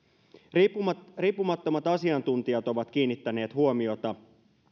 riippumattomat asiantuntijat ovat kiinnittäneet huomiota